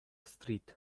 street